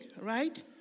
right